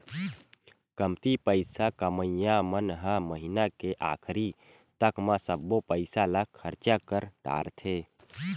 कमती पइसा कमइया मन ह महिना के आखरी तक म सब्बो पइसा ल खरचा कर डारथे